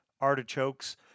Artichokes